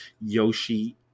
Yoshi